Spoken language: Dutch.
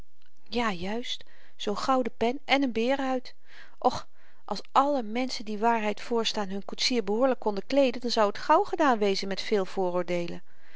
ja juist zoo'n gouden pen en een beerehuid och als alle menschen die waarheid voorstaan hun koetsier behoorlyk konden kleeden dan zou t gauw gedaan wezen met veel vooroordeelen